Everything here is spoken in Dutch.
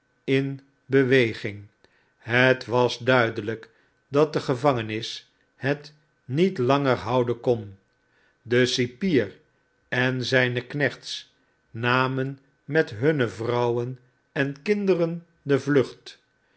in bewegmg het was duidelijk dat de gevangenis het niet langer houden kon de cipier en zijne knechts namen met hunne vrouwen en kmderen de vlucht